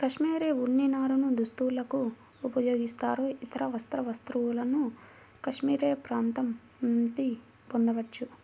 cashmere ఉన్ని నారను దుస్తులకు ఉపయోగిస్తారు, ఇతర వస్త్ర వస్తువులను కాష్మెరె ప్రాంతం నుండి పొందవచ్చు